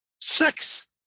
sex